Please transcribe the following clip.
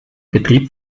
betrieb